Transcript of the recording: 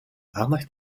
aandacht